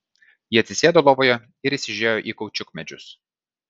ji atsisėdo lovoje ir įsižiūrėjo į kaučiukmedžius